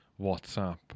WhatsApp